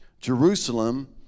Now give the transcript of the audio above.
Jerusalem